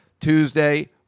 Tuesday